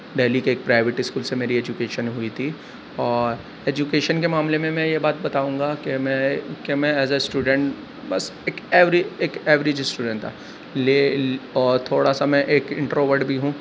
دہلی کے ایک private school سے میری ایجوکیشن ہوئی تھی اور ایجوکیشن کے معاملے میں میں یہ بات بتاؤں گا کہ میں کہ میں ایز اے اسٹوڈینٹ بس ایک ایوریج ایک ایوریج اسٹوڈینٹ تھا او تھوڑا سا میں ایک انٹروورٹ بھی ہوں